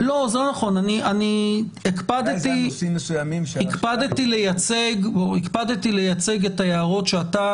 על נושאים מסוימים --- הקפדתי לייצג את ההערות שאתה